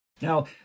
Now